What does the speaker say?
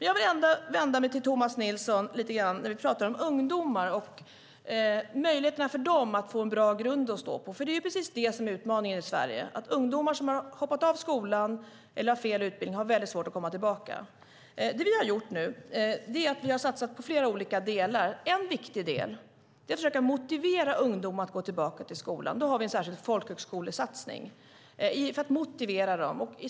Jag vill ändå vända mig lite grann till Tomas Nilsson när vi talar om ungdomar och möjligheterna för dem att få en bra grund att stå på. Det är ju precis det som är utmaningen i Sverige: Ungdomar som har hoppat av skolan eller har fel utbildning har svårt att komma tillbaka. Det vi nu har gjort är att vi har satsat på flera olika delar. En viktig del är att försöka motivera ungdomar att gå tillbaka till skolan. Vi har en särskild folkhögskolesatsning för att motivera dem.